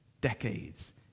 decades